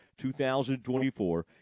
2024